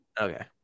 okay